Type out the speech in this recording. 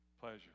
Pleasure